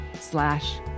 slash